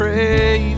Pray